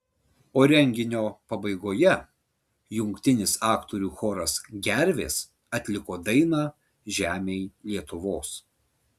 o renginio pabaigoje jungtinis aktorių choras gervės atliko dainą žemėj lietuvos